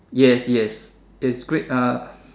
yes yes is great uh